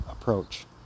approach